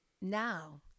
Now